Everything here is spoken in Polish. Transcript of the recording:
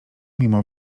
mimo